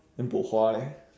then bo hua leh